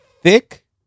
thick